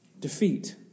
defeat